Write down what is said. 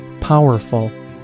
powerful